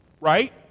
right